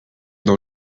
dans